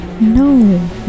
No